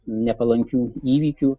nepalankių įvykių